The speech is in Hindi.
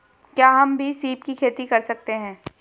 क्या हम भी सीप की खेती कर सकते हैं?